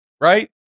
right